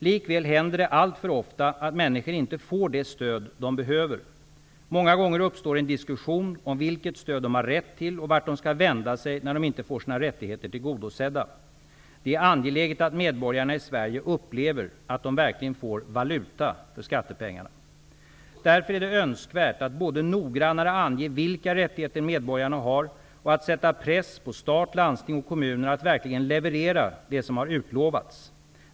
Likväl händer det alltför ofta att människor inte får det stöd de behöver. Många gånger uppstår en diskussion om vilket stöd de har rätt till och vart de skall vända sig när de inte får sina rättigheter tillgodosedda. Det är angeläget att medborgarna i Sverige upplever att de verkligen får valuta för skattepengarna. Därför är det önskvärt att både noggrannare ange vilka rättigheter medborgarna har och att sätta press på stat, landsting och kommuner att verkligen leverera det som har utlovats.